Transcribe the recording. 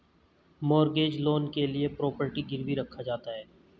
mortgage loan के लिए property गिरवी रखा जाता है